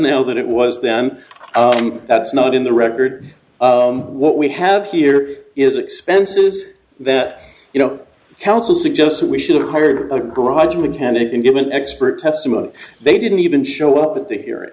now than it was them that's not in the record what we have here is expenses that you know council suggests that we should have hired a garage mechanic and given expert testimony they didn't even show up at the he